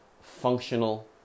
functional